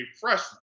freshman